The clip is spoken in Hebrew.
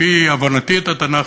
לפי הבנתי את התנ"ך,